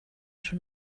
schon